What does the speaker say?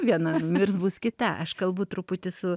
viena numirs bus kita aš kalbu truputį su